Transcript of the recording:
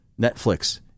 Netflix